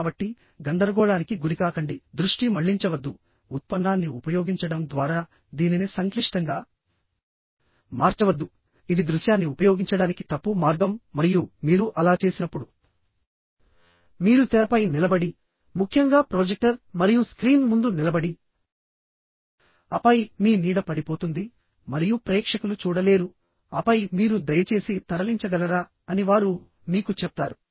కాబట్టి గందరగోళానికి గురికాకండి దృష్టి మళ్లించవద్దుఉత్పన్నాన్ని ఉపయోగించడం ద్వారా దీనిని సంక్లిష్టంగా మార్చవద్దు ఇది దృశ్యాన్ని ఉపయోగించడానికి తప్పు మార్గం మరియు మీరు అలా చేసినప్పుడు మీరు తెరపై నిలబడిముఖ్యంగా ప్రొజెక్టర్ మరియు స్క్రీన్ ముందు నిలబడి ఆపై మీ నీడ పడిపోతుంది మరియు ప్రేక్షకులు చూడలేరు ఆపై మీరు దయచేసి తరలించగలరా అని వారు మీకు చెప్తారు